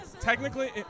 Technically